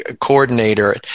coordinator